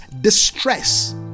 distress